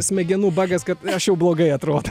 smegenų bagas kad aš jau blogai atroda